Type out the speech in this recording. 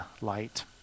light